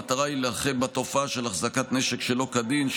המטרה היא להילחם בתופעה של החזקת נשק שלא כדין,